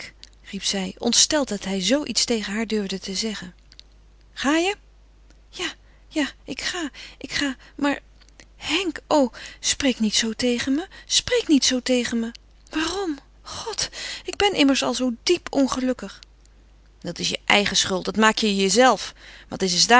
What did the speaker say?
riep zij ontsteld dat hij zoo iets tegen haar durfde zeggen ga je ja ja ik ga ik ga maar henk o spreek niet zoo tegen me spreek niet zoo tegen me waarom god ik ben immers al zoo diep ongelukkig dat is je eigen schuld dat maak je jezelve maar dat is